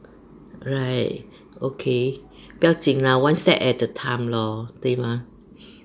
right okay 不要紧 lah one step at a time lor 对吗